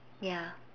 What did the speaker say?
ya